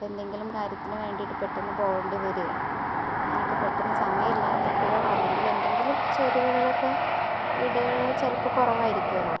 ഇപ്പോൾ എന്തെങ്കിലും കാര്യത്തിന് വേണ്ടിയിട്ട് പെട്ടെന്ന് പോവേണ്ടി വരിക അങ്ങനെ ഒക്കെ പെട്ടെന്ന് സമയില്ലാത്തപ്പോഴോ അല്ലെങ്കിൽ എന്തെങ്കിലും ചേരുവകളൊക്കെ വീടുകളിൽ ചിലപ്പം കുറവായിരിക്കുമല്ലൊ